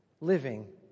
living